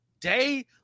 day